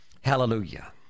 Hallelujah